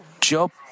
Job